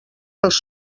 pels